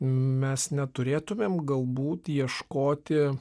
mes neturėtumėm galbūt ieškoti